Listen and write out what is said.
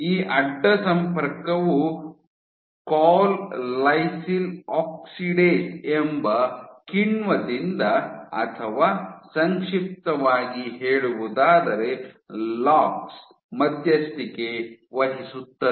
ಈ ಅಡ್ಡ ಸಂಪರ್ಕವು ಕೋಲ್ ಲೈಸಿಲ್ ಆಕ್ಸಿಡೇಸ್ ಎಂಬ ಕಿಣ್ವದಿಂದ ಅಥವಾ ಸಂಕ್ಷಿಪ್ತವಾಗಿ ಹೇಳೋದಾದರೆ ಲಾಕ್ಸ್ ಮಧ್ಯಸ್ಥಿಕೆ ವಹಿಸುತ್ತದೆ